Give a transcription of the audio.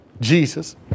Jesus